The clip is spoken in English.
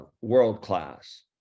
world-class